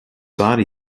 body